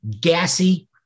gassy